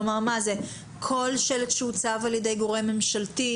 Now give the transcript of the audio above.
כלומר מה זה, כל שלט שהוצב על ידי גורם ממשלתי?